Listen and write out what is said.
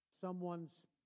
someone's